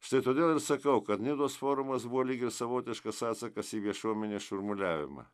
štai todėl ir sakau kad nidos forumas buvo lyg ir savotiškas atsakas į viešuomenės šurmuliavimą